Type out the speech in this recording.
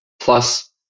plus